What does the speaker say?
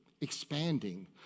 expanding